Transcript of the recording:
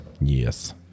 yes